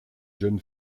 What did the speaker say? jeune